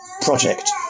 project